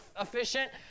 efficient